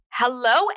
Hello